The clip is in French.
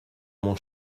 mon